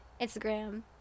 instagram